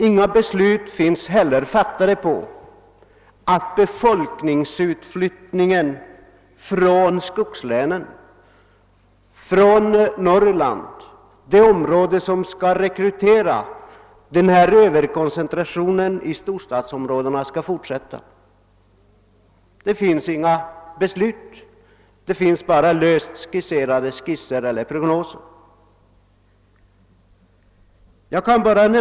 Inga beslut har heller fattats om att befolkningsutflyttningen från skogslänen, eller Norrland — från de områden som skall rekrytera överkoncentrationen i storstadsområdena — skall fortsätta. Det finns inga beslut; det finns bara lösa skisser eller prognoser som blir styrande.